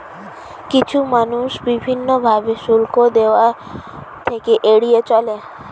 কিছু মানুষ বিভিন্ন ভাবে শুল্ক দেওয়া থেকে এড়িয়ে চলে